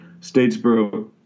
statesboro